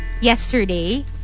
yesterday